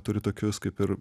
turi tokius kaip ir